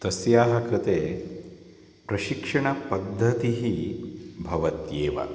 तस्याः कृते प्रशिक्षणपद्धतिः भवत्येव